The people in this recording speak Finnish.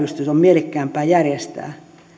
mielekkäämpää järjestää